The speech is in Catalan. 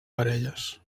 parelles